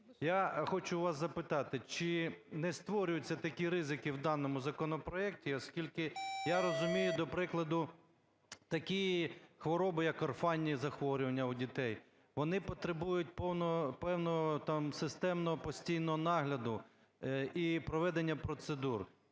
Я хочу вас запитати, чи не створюються такі ризики в даному законопроекті, оскільки я розумію, до прикладу, такі хвороби, як орфанні захворювання у дітей, вони потребують певного там системного, постійного нагляду і проведення процедур?